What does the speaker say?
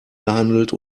gehandelt